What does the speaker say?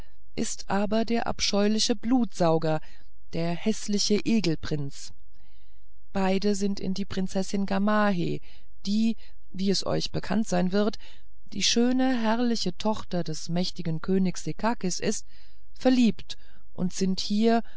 ist aber der abscheuliche blutsauger der häßliche egelprinz beide sind in die prinzessin gamaheh die wie es euch bekannt sein wird die schöne herrliche tochter des mächtigen königs sekakis ist verliebt und sind hier